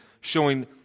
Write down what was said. showing